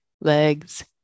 Legs